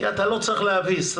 אתה לא צריך להביס,